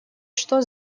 что